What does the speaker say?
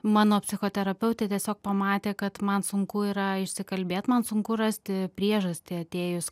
mano psichoterapeutė tiesiog pamatė kad man sunku yra išsikalbėt man sunku rasti priežastį atėjus